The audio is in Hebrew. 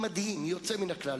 מדהים, יוצא מן הכלל.